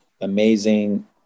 amazing